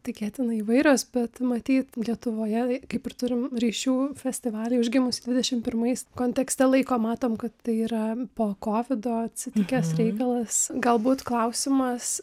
tikėtina įvairios bet matyt lietuvoje kaip ir turim ryšių festivalį užgimusį dvidešimt pirmais kontekste laiko matome kad tai yra po kovido atsilikęs reikalas galbūt klausimas